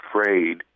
afraid